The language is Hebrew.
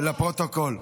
לפרוטוקול.